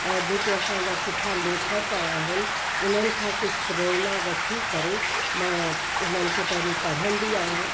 ऐं जेके असांजा सुठा लेखक आहिनि उन्हनि खां कुझु प्रेरणा वठी करे मां हुननि खे पहिरीं पढ़ंदी आहियां